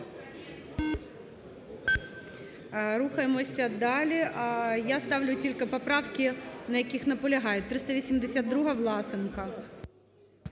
Рухаємось далі. Я ставлю тільки поправки, на яких наполягають. 382-а, Власенка.